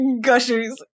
Gushers